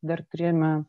dar turėjome